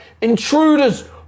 intruders